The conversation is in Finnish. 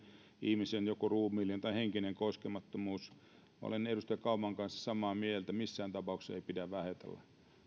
ihmisen joko ruumiillinen tai henkinen koskemattomuus niin olen edustaja kauman kanssa samaa mieltä missään tapauksessa ei pidä vähätellä ja